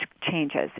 changes